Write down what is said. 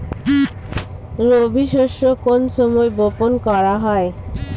রবি শস্য কোন সময় বপন করা হয়?